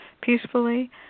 peacefully